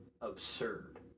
absurd